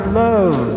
love